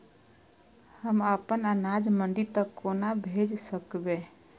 हम अपन अनाज मंडी तक कोना भेज सकबै?